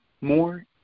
more